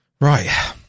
right